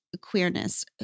queerness